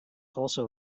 also